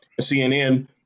CNN